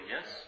yes